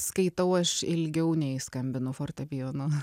skaitau aš ilgiau nei skambinu fortepijonu